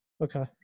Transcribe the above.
Okay